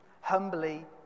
Humbly